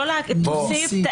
תוסיף,